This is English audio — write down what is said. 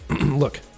Look